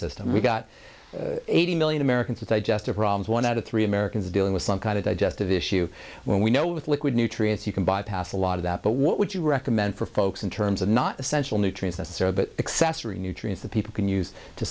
system we've got eighty million americans digestive problems one out of three americans dealing with some kind of digestive issue when we know with liquid nutrients you can bypass a lot of that but what would you recommend for folks in terms of not essential nutrients are a bit excessive nutrients that people can use to